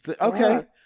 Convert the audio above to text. Okay